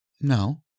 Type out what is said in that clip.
No